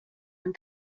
and